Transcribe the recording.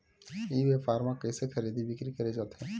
ई व्यापार म कइसे खरीदी बिक्री करे जाथे?